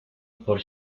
por